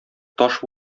таш